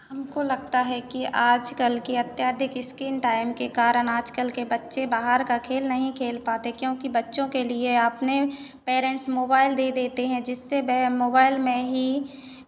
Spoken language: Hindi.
हमको लगता है कि आज कल के अत्यधिक इस्कीन टाइम के कारण आज कल के बच्चे बाहर का खेल नहीं खेल पाते क्योंकि बच्चों के लिए अपने पेरेंट्स मोबाइल दे देते हैं जिससे वह मोबाइल में ही